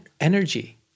energy